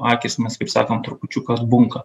akys mes kaip sakom trupučiuką atbunka